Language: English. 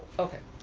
okay.